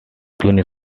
queen